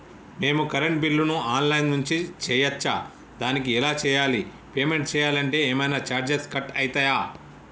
మేము కరెంటు బిల్లును online నుంచి చేయచ్చా? దానికి ఎలా చేయాలి? పేమెంట్ చేయాలంటే ఏమైనా చార్జెస్ కట్ అయితయా?